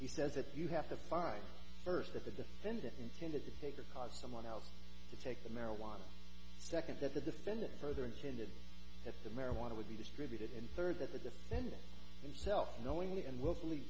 he says that you have the five first that the defendant intended to take or cause someone else to take the marijuana second that the defendant further intended that the marijuana would be distributed and third that the defendant himself knowingly and willfully